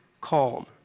calm